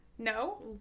No